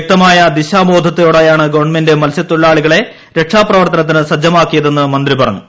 വൃക്തമായ ദിശാബോധത്തോടെയാണ് ഗവൺമെന്റ് മത്സ്യതൊഴിലാളികളെ രക്ഷാപ്രവർത്തനത്തിന് സജ്ജമാക്കിയതെന്ന് മന്ത്രി പറഞ്ഞു